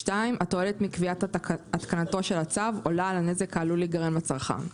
(2) התועלת מקביעת התקנתו של הצו עולה על הנזק העלול להיגרם לצרכן.